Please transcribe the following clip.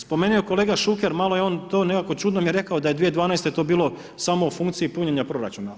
Spomenuo je kolega Šuker, malo je on to nekako čudno mi rekao da je 2012. to bilo samo u funkciji punjenja proračuna.